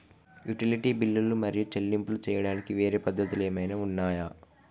Utility బిల్లులు మరియు చెల్లింపులు చేయడానికి వేరే పద్ధతులు ఏమైనా ఉన్నాయా?